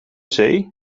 zee